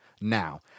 Now